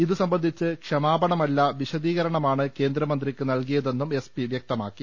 ഇതുസംബന്ധിച്ച് ക്ഷമാപണമല്ല വിശദീകരണമാണ് കേന്ദ്രമന്ത്രിക്ക് നൽകിയതെന്നും എസ് പി വ്യക്തമാക്കി